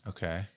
Okay